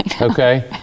okay